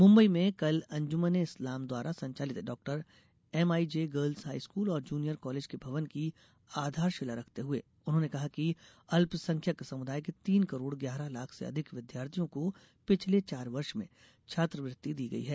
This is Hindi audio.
मुम्बई में कल अंजुमन ए इस्लाम द्वारा संचालित डॉक्टर एमआईजे गर्ल्स हाईस्कूल और जूनियर कॉलेज के भवन की आधारशिला रखते हुए उन्होंने कहा कि अल्पसंख्यक समुदाय के तीन करोड़ ग्यारह लाख से अधिक विद्यार्थियों को पिछले चार वर्ष में छात्रवृत्ति दी गयी है